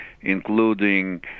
including